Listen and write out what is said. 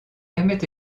permet